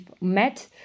met